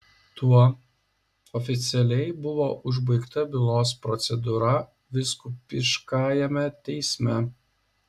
tuo oficialiai buvo užbaigta bylos procedūra vyskupiškajame teisme